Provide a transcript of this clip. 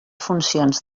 funcions